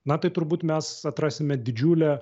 na tai turbūt mes atrasime didžiulę